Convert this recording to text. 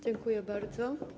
Dziękuję bardzo.